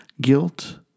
Guilt